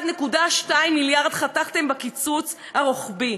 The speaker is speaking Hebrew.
1.2 מיליארד חתכתם בקיצוץ הרוחבי.